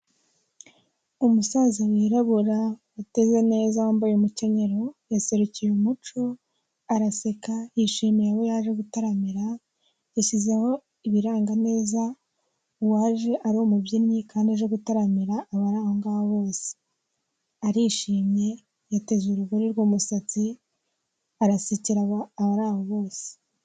Umusaza wirabura uteze neza wambaye umukenyero yaserukiye umuco araseka yishimiye abo yaje gutaramira, yashyizeho ibiranga neza uwaje ari umubyinnyi kandi aje gutaramira abari aho ngaho bose, arishimye yateze urugori mu musatsi arasekera abari aho bose.